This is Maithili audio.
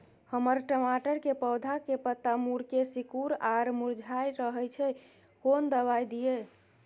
हमर टमाटर के पौधा के पत्ता मुड़के सिकुर आर मुरझाय रहै छै, कोन दबाय दिये?